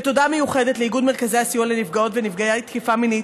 תודה מיוחדת לאיגוד מרכזי הסיוע לנפגעות ונפגעי תקיפה מינית,